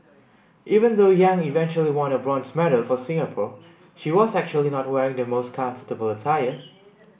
even though Yang eventually won a bronze medal for Singapore she was actually not wearing the most comfortable attire